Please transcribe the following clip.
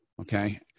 Okay